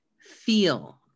feel